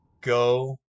go